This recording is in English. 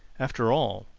after all,